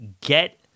get